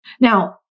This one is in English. Now